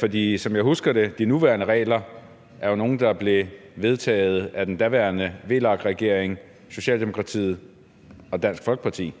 for som jeg husker det, er de nuværende regler nogle, der blev vedtaget af den daværende VLAK-regering, Socialdemokratiet og Dansk Folkeparti.